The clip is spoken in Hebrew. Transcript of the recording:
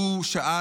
הוא שאל